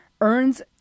Earns